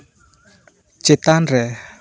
ᱪᱮᱛᱟᱱ ᱨᱮ